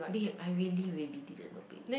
babe I really really didn't know babe